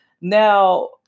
Now